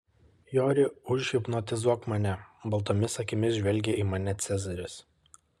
jori užhipnotizuok mane baltomis akimis žvelgė į mane cezaris